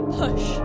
push